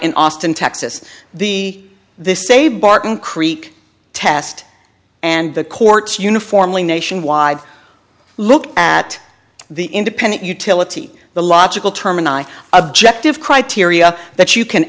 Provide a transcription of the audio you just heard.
in austin texas the they say barton creek test and the courts uniformly nationwide look at the independent utility the logical termini objective criteria that you can